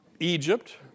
Egypt